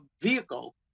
vehicle